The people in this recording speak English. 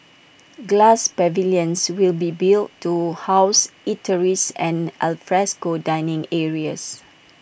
glass pavilions will be built to house eateries and alfresco dining areas